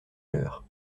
l’heure